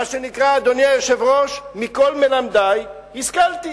מה שנקרא, אדוני היושב-ראש, מכל מלמדי השכלתי.